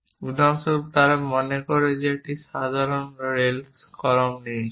উদাহরণস্বরূপ তারা মনে করে যে আমরা একটি সাধারণ রেনল্ডস কলম নিয়েছি